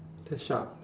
that's sharp